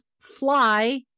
fly